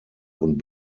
und